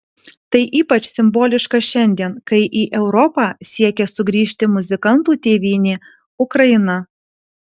tai ypač simboliška šiandien kai į europą siekia sugrįžti muzikantų tėvynė ukraina